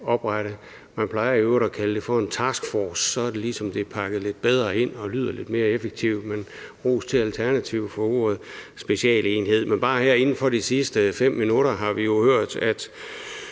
Man plejer at kalde det for en taskforce, så er det, som om at det er pakket lidt bedre ind og lyder lidt mere effektivt. Jeg vil gerne rose Alternativet for ordet specialenhed. Bare her inden for de sidste 5 minutter har vi jo hørt, at